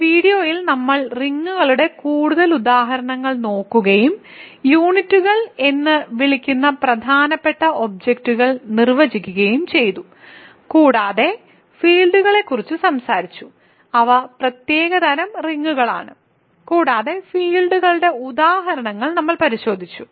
ഈ വീഡിയോയിൽ നമ്മൾ റിങ്ങുകളുടെ കൂടുതൽ ഉദാഹരണങ്ങൾ നോക്കുകയും യൂണിറ്റുകൾ എന്ന് വിളിക്കുന്ന പ്രധാനപ്പെട്ട ഒബ്ജക്റ്റുകൾ നിർവ്വചിക്കുകയും ചെയ്തു കൂടാതെ ഫീൽഡുകളെക്കുറിച്ച് സംസാരിച്ചു അവ പ്രത്യേക തരം റിങ്ങുകളാണ് കൂടാതെ ഫീൽഡുകളുടെ ഉദാഹരണങ്ങൾ നമ്മൾ പരിശോധിച്ചു